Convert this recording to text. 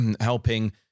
helping